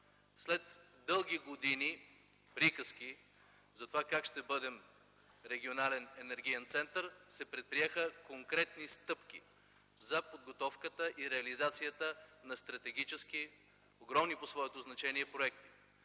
След дълги години приказки как ще бъдем регионален енергиен център, се предприеха конкретни стъпки за подготовката и реализацията на стратегически, огромни по своето значение проекти.